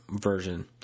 version